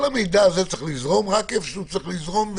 המידע הזה יזרום רק לאיפה שהוא צריך לזרום,